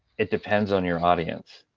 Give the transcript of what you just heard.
it depends on your audience.